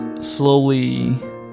slowly